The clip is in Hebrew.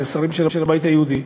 שרים של הבית היהודי,